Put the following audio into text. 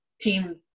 team